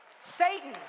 Satan